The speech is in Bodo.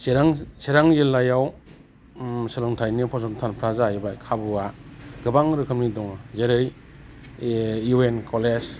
चिरां जिल्लायाव सोलोंथायनि फसंथानफोरा जाहैबाय खाबुआ गोबां रोखोमनि दङ जेरै इउ एन कलेज